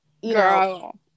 girl